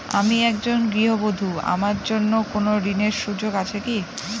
আমি একজন গৃহবধূ আমার জন্য কোন ঋণের সুযোগ আছে কি?